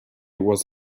was